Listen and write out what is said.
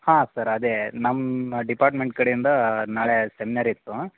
ಹಾಂ ಸರ್ ಅದೇ ನಮ್ಮ ಡಿಪಾರ್ಟ್ಮೆಂಟ್ ಕಡೆಯಿಂದ ನಾಳೆ ಸೆಮ್ನಾರು ಇತ್ತು